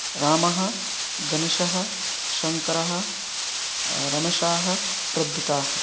रामः गणेशः शङ्करः रमेशः प्रद्युतः